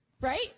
right